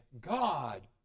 God